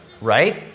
right